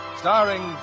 starring